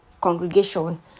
congregation